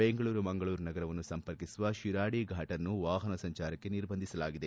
ಬೆಂಗಳೂರು ಮಂಗಳೂರು ನಗರವನ್ನು ಸಂಪರ್ಕಿಸುವ ಶಿರಾಡಿ ಫಾಟ್ ಅನ್ನು ವಾಹನ ಸಂಜಾರಕ್ಕೆ ನಿರ್ಬಂಧಿಸಲಾಗಿದೆ